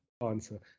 answer